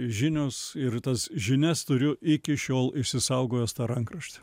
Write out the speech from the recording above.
žinios ir tas žinias turiu iki šiol išsisaugojęs tą rankraštį